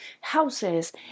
houses